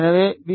எனவே வி